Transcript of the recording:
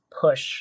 push